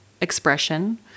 expression